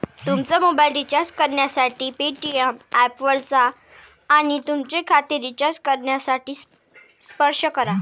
तुमचा mobile recharge करण्यासाठी Paytm ऐपवर जा आणि तुमचे खाते रिचार्ज करण्यासाठी स्पर्श करा